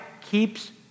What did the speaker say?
keeps